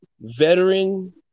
veteran